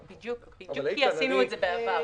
בדיוק כי עשינו את זה בעבר.